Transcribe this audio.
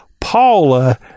Paula